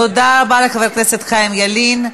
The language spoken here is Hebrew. תודה רבה לחבר הכנסת חיים ילין.